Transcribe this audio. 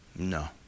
No